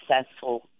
successful